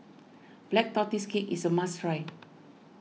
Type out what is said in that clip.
Black Tortoise Cake is a must try